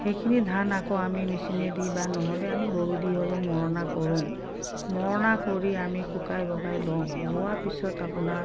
সেইখিনি ধান আকৌ আমি মেচিনেদি বা নহ'লে আমি গৰু দি হ'লেও মৰণা কৰোঁ মৰণা কৰি আমি শুকাই বগাই লওঁ লোৱাৰ পিছত আপোনাৰ